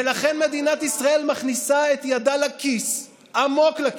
ולכן מדינת ישראל מכניסה את ידה לכיס, עמוק לכיס,